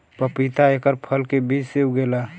पपीता एकर फल के बीज से उगेला